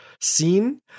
Scene